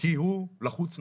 כי הוא לחוץ נפשית,